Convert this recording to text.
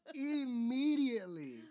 Immediately